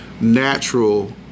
natural